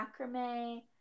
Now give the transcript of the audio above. macrame